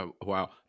Wow